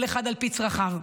כל אחד על פי צרכיו.